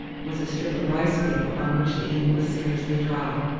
was a strip of rice paper on which the ink was scarcely dry.